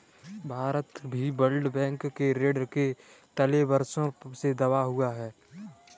भारत भी World Bank के ऋण के तले वर्षों से दबा हुआ है